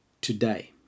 today